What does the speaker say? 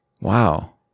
Wow